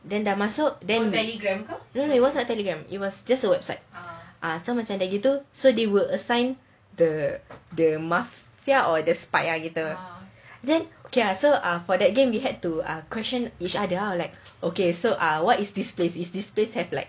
then the masuk no no it was not telegram it was just a website ah so macam dah gitu so they will assign the mafia or the spy gitu so for that game we had to question each other lah like okay so ah what is this place this place have like